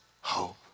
hope